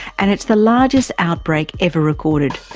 and it's the largest outbreak ever recorded,